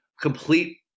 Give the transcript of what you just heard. complete